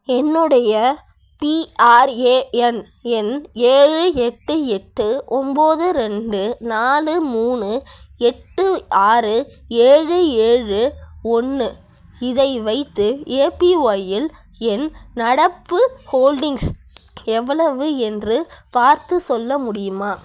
என்னுடைய பிஆர்ஏஎன் எண் ஏழு எட்டு எட்டு ஒம்பது ரெண்டு நாலு மூணு எட்டு ஆறு ஏழு ஏழு ஒன்று இதை வைத்து ஏபிஒய்யில் என் நடப்பு ஹோல்ட்டிங்ஸ் எவ்வளவு என்று பார்த்து சொல்ல முடியுமா